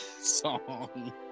song